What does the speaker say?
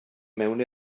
mewn